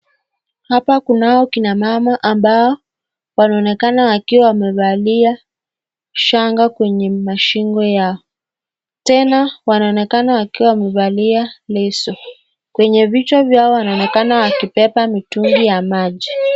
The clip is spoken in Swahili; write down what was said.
Hapa kunao kina mama ambao wanaonekana wakiwa wamevalia shanga kwenye mashingo yao, tena wanaonekana wakiwa wamevalia leso, kwenye vichwa vyao wanaonekana wakibeba mitungi ya maji.